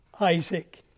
Isaac